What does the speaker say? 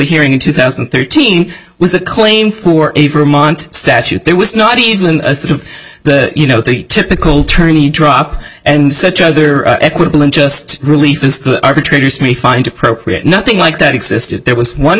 hearing in two thousand and thirteen was a claim for a for a mont statute there was not even sort of the you know the typical tourney drop and such other equitable and just relief arbitrators me find appropriate nothing like that existed there was one